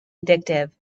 addictive